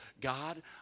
God